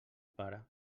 pare